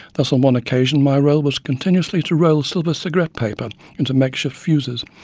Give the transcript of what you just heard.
thus on one occasion my role was continuously to roll silver cigarette papers into makeshift fuses,